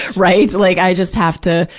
right? like, i just have to,